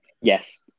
Yes